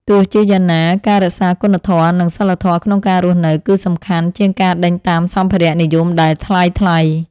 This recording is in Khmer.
ទោះជាយ៉ាងណាការរក្សាគុណធម៌ និងសីលធម៌ក្នុងការរស់នៅ គឺសំខាន់ជាងការដេញតាមសម្ភារៈនិយមដែលថ្លៃៗ។